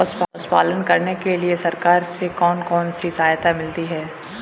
पशु पालन करने के लिए सरकार से कौन कौन सी सहायता मिलती है